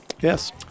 Yes